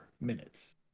minutes